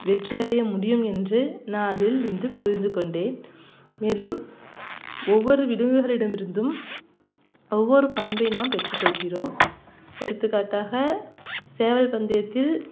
வெற்றியடைய முடியும் என்று நாவில் இன்று புரிந்துகொண்டேன் மேலும் ஒவ்வொரு இருந்தும் ஒவ்வொரு பண்பை நாம் பெற்றுக்கொள்கிறோம் எடுத்துக்காட்டாக சேவல் பந்தயத்தில்